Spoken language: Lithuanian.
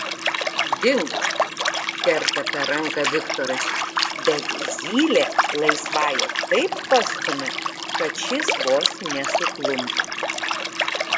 dink kerta per ranką viktoras bet zylė laisvąja taip pastumia kad šis vos nesuklumpa